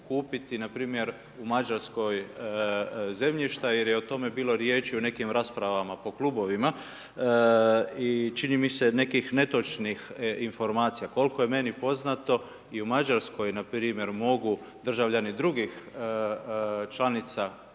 kupiti npr. u Mađarskoj zemljišta jer je o tome bilo riječi u nekim raspravama po klubovima i čini mi se nekih netočnih informacija. Koliko je meni poznato i u Mađarskoj npr. mogu državljani drugih članica